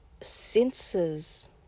senses